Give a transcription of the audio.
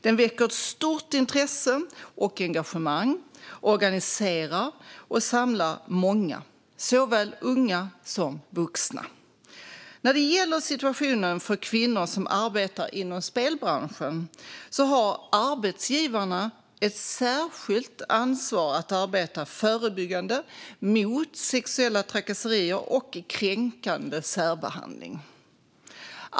Den väcker ett stort intresse och engagemang och organiserar och samlar många, såväl unga som vuxna. När det gäller situationen för kvinnor som arbetar inom spelbranschen har arbetsgivarna ett särskilt ansvar att arbeta förebyggande mot sexuella trakasserier och kränkande särbehandling.